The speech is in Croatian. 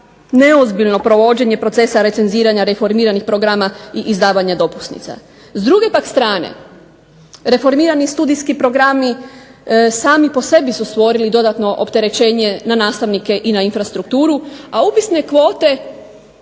vođenje provođenje procesa recenziranja reformiranih programa i izdavanja dopusnica. S druge pak strane reformirani studijski programi sami po sebi su stvorili dodatno opterećenje na nastavnike i na infrastrukturu, a upisne kvote